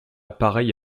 pareil